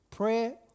Prayer